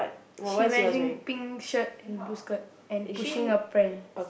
she wearing pink shirt and blue skirt and pushing a pram